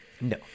No